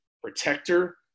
protector